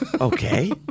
Okay